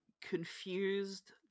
confused